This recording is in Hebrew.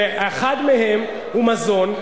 שאחד מהם הוא מזון,